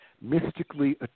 mystically